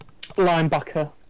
Linebacker